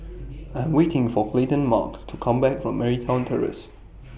I'm waiting For Coleton to Come Back from Marymount Terrace